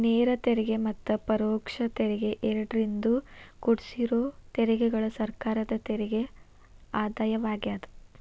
ನೇರ ತೆರಿಗೆ ಮತ್ತ ಪರೋಕ್ಷ ತೆರಿಗೆ ಎರಡರಿಂದೂ ಕುಡ್ಸಿರೋ ತೆರಿಗೆಗಳ ಸರ್ಕಾರದ ತೆರಿಗೆ ಆದಾಯವಾಗ್ಯಾದ